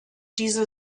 diese